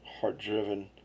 heart-driven